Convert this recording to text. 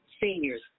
seniors